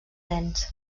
dents